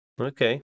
Okay